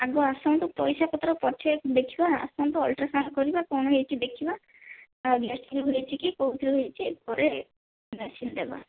ଆଗ ଆସନ୍ତୁ ପଇସା ପତ୍ର ପଛେ ଦେଖିବା ଆସନ୍ତୁ ଅଲ୍ଟ୍ରାସାଉଣ୍ଡ କରିବା କଣ ହୋଇଛି ଦେଖିବା କୋଉଠି ହେଇଛି ପରେ ମେଡ଼ିସିନ ଦେବା